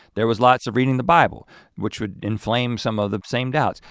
there was lots of reading the bible which would inflame some of the same doubts.